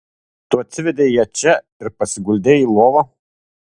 tu atsivedei ją čia ir pasiguldei į lovą